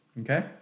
Okay